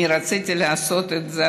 אני רציתי לעשות את זה,